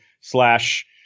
slash